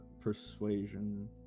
persuasion